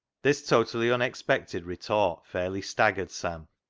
this totally unexpected retort fairly stag gered sam.